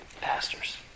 pastors